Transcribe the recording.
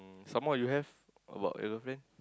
um some more you have about your girlfriend